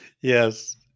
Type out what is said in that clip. Yes